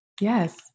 Yes